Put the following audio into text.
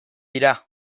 dira